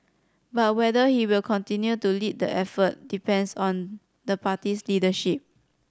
but whether he will continue to lead the effort depends on the party's leadership